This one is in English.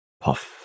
puff